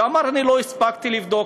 והוא אמר: אני לא הספקתי לבדוק,